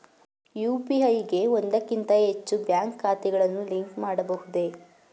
UPI ಗೆ ಒಂದಕ್ಕಿಂತ ಹೆಚ್ಚು ಬ್ಯಾಂಕ್ ಖಾತೆಗಳನ್ನು ಲಿಂಕ್ ಮಾಡಬಹುದೇ?